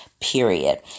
period